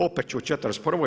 Opet ću o '41.